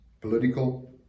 political